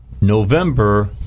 November